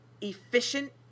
efficient